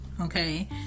Okay